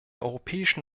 europäischen